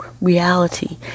reality